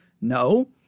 No